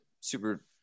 super